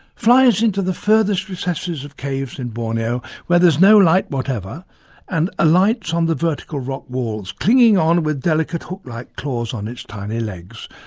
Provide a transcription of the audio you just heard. flies into the furthest recesses of caves in borneo where there's no light whatever and alights on the vertical rock walls, clinging on with delicate hook-like claws on its tiny legs,